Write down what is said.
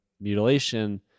mutilation